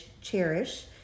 cherish